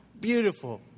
beautiful